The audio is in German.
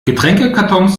getränkekartons